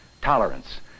tolerance